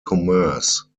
commerce